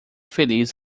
feliz